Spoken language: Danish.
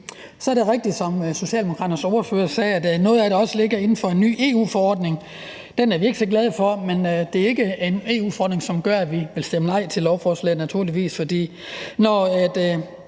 Så er det rigtigt, som Socialdemokraternes ordfører sagde, at noget af det også ligger inden for en ny EU-forordning. Den er vi ikke så glade for, men det er ikke en EU-forordning, som gør, at vi vil stemme nej til lovforslaget – naturligvis ikke